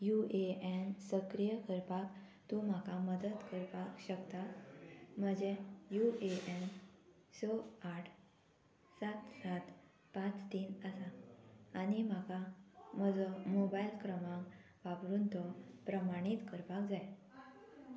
you A N सक्रीय करपाक तूं म्हाका मदत करपाक शकता म्हजें यू ए एन स आठ सात सात पांच तीन आसा आनी म्हाका म्हजो मोबायल क्रमांक वापरून तो प्रमाणीत करपाक जाय